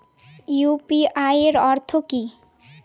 UPI এর অর্থ কি?